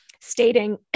stating